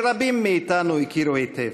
שרבים מאתנו הכירו היטב.